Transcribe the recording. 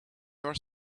were